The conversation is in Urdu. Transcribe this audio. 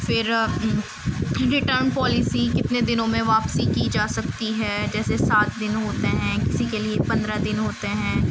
پھر ریٹرن پالیسی کتنے دنوں میں واپسی کی جا سکتی ہے جیسے سات دن ہوتے ہیں کسی کے لیے پندرہ دن ہوتے ہیں